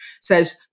says